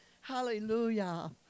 Hallelujah